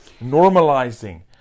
normalizing